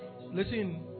Listen